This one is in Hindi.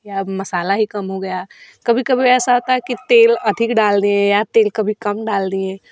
या मसाला ही कम हो गया कभी कभी ऐसा होता है कि तेल अधिक डाल दिए या तेल कभी कम डाल दिए